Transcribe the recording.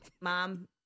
mom